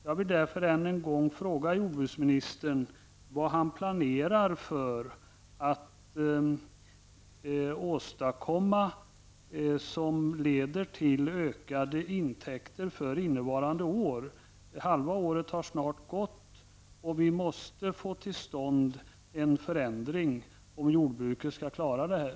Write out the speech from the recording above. Jag vill därför än en gång fråga jordbruksministern vad han planerar att åstadkomma som leder till ökade intäkter för innevarande år. Halva året har snart gått, och vi måste få till stånd en förändring om jordbruket skall klara det här.